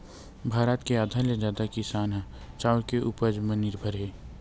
भारत के आधा ले जादा किसान ह चाँउर के उपज म निरभर हे